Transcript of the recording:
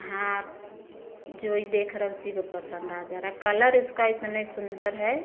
हाँ जो ही देख रहा है उसी को पसंद आ जा रहा है कलर उसका इतने सुंदर है